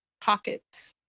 pockets